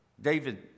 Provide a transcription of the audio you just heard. David